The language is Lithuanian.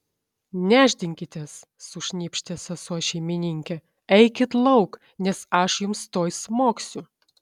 nešdinkitės sušnypštė sesuo šeimininkė eikit lauk nes aš jums tuoj smogsiu